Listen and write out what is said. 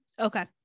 Okay